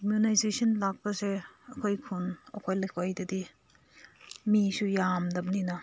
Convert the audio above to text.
immunisation ꯂꯂꯛꯄꯁꯦ ꯑꯩꯈꯣꯏ ꯈꯨꯟ ꯑꯩꯈꯣꯏ ꯂꯩꯀꯥꯏꯗꯗꯤ ꯃꯤꯁꯨ ꯌꯥꯝꯗꯕꯅꯤꯅ